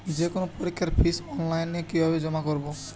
যে কোনো পরীক্ষার ফিস অনলাইনে কিভাবে জমা করব?